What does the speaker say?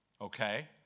Okay